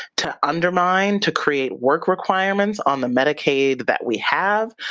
to undermine, to create work requirements on the medicaid that we have.